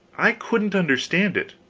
i couldn't understand it.